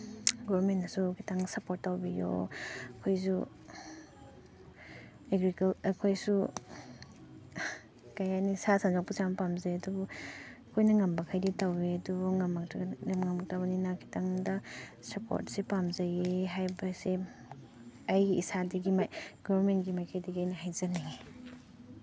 ꯒꯣꯔꯃꯦꯟꯅꯁꯨ ꯈꯤꯇꯪ ꯁꯄꯣꯔꯠ ꯇꯧꯕꯤꯌꯨ ꯑꯩꯈꯣꯏꯁꯨ ꯑꯩꯈꯣꯏꯁꯨ ꯀꯔꯤ ꯍꯥꯏꯅꯤ ꯁꯥ ꯁꯟ ꯌꯣꯛꯄꯁꯤ ꯌꯥꯝ ꯄꯥꯟꯖꯩ ꯑꯗꯨꯕꯨ ꯑꯩꯈꯣꯏꯅ ꯉꯝꯕꯈꯩꯗꯤ ꯇꯧꯋꯤ ꯑꯗꯨꯕꯨ ꯉꯝꯃꯛꯇꯕꯅꯤꯅ ꯈꯤꯇꯪꯗ ꯁꯄꯣꯔꯠꯁꯤ ꯄꯥꯝꯖꯩꯌꯦ ꯍꯥꯏꯕꯁꯦ ꯑꯩ ꯏꯁꯥꯗꯒꯤ ꯒꯣꯔꯃꯦꯟꯒꯤ ꯃꯥꯏꯀꯩꯗꯒꯤ ꯑꯩꯅ ꯍꯥꯏꯖꯅꯤꯡꯉꯤ